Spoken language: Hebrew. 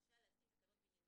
רשאי להתקין תקנות בעניינים